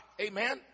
Amen